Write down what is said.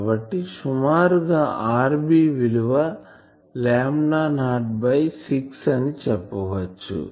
కాబట్టి సుమారుగా rb విలువ లాంబ్డా నాట్ బై 6 అని చెప్పచ్చు